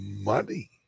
money